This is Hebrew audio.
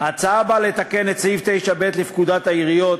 ההצעה באה לתקן את סעיף 9ב לפקודת העיריות,